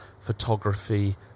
photography